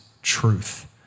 Truth